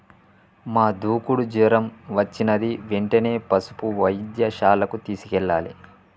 మా దూడకు జ్వరం వచ్చినది వెంటనే పసుపు వైద్యశాలకు తీసుకెళ్లాలి